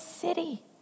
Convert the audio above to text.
city